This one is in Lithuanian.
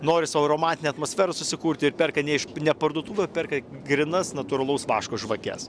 nori sau romantinę atmosferą susikurti ir perka ne iš ne parduotuvių o perka grynas natūralaus vaško žvakes